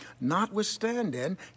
notwithstanding